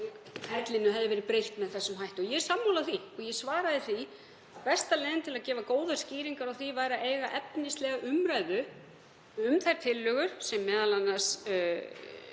ferlinu hefði verið breytt með þessum hætti. Ég er sammála því og ég svaraði því að besta leiðin til að gefa góðar skýringar á því væri að eiga efnislega umræðu um þær tillögur sem m.a. Píratar